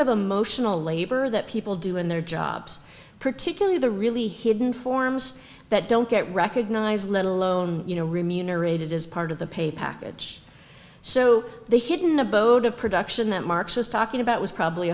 of emotional labor that people do in their jobs particularly the really hidden forms that don't get recognized let alone you know remunerated as part of the pay package so the hidden abode of production that marx was talking about was probably